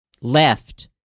left